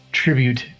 tribute